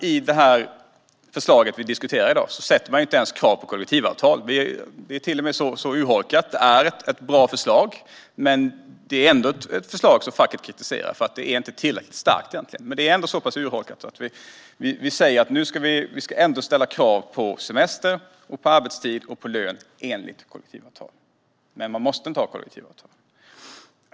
I det förslag som vi diskuterar i dag ställer man inte ens krav på kollektivavtal. Det är ett bra förslag, men facket kritiserar det eftersom det inte är tillräckligt starkt. Det är så urholkat att vi säger att vi ska ställa krav på semester, arbetstid och lön enligt kollektivavtal, men man måste inte ha kollektivavtal.